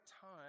time